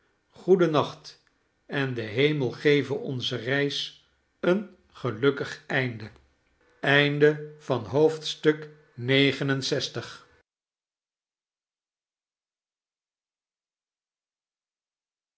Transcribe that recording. goeden nacht en de hemel geve onze reis een gelukkig einde